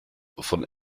von